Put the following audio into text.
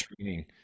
training